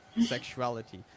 sexuality